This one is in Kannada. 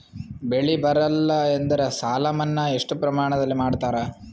ಬೆಳಿ ಬರಲ್ಲಿ ಎಂದರ ಸಾಲ ಮನ್ನಾ ಎಷ್ಟು ಪ್ರಮಾಣದಲ್ಲಿ ಮಾಡತಾರ?